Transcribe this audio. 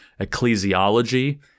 ecclesiology